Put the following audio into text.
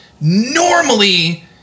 normally